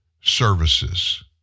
services